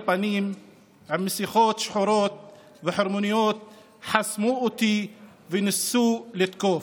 פנים 'עם מסכות שחורות וחרמוניות חסמו אותי וניסו לתקוף'.